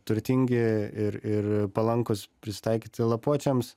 turtingi ir ir palankūs prisitaikyti lapuočiams